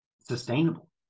sustainable